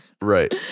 Right